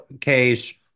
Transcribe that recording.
case